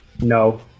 no